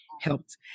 helped